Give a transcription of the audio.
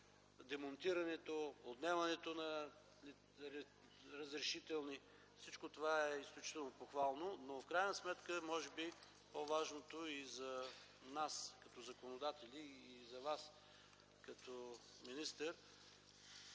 демонтирането, отнемането на разрешителни. Всичко това е изключително похвално, но в крайна сметка може би по-важното и за нас, като законодатели, а и за Вас, като министър,